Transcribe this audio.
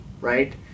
right